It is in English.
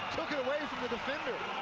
took it away from the defender.